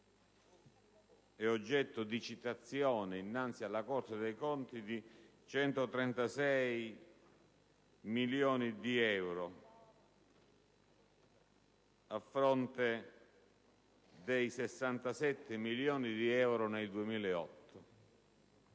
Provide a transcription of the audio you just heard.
è oggetto di citazione innanzi alla Corte dei conti, di 136 milioni di euro, a fronte dei 67 milioni di euro nel 2008.